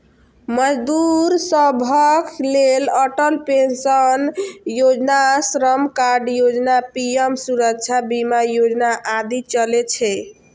मजदूर सभक लेल अटल पेंशन योजना, श्रम कार्ड योजना, पीएम सुरक्षा बीमा योजना आदि चलै छै